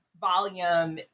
volume